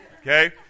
Okay